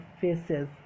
faces